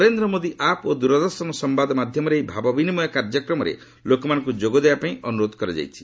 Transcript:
Narendra Modi app ଓ ଦୂରଦର୍ଶନ ସମ୍ଭାଦ ମାଧ୍ୟମରେ ଏହି ଭାବବିନିମୟ କାର୍ଯ୍ୟକ୍ରମରେ ଲୋକମାନଙ୍କୁ ଯୋଗ ଦେବା ପାଇଁ ଅନୁରୋଧ କରାଯାଇଛି